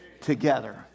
together